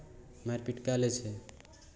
मारि पीट कए लै छै